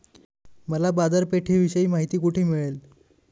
मला बाजारपेठेविषयी माहिती कोठे मिळेल?